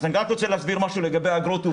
אני רוצה להסביר משהו לגבי האגרות.